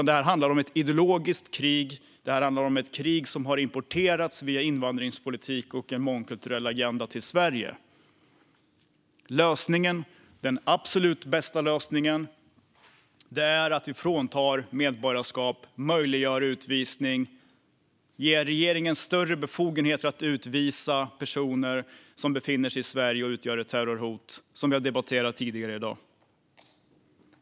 Det här handlar om ett ideologiskt krig, ett krig som har importerats via invandringspolitik och en mångkulturell agenda till Sverige. Den absolut bästa lösningen är att vi fråntar medborgarskap, möjliggör utvisning, ger regeringen större befogenheter att utvisa personer som befinner sig i Sverige och utgör ett terrorhot, som vi har debatterat tidigare i dag.